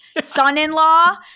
son-in-law